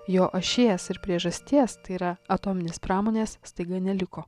jo ašies ir priežasties tai yra atominės pramonės staiga neliko